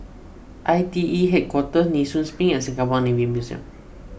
I T E Headquarters Nee Soon Spring and Singapore Navy Museum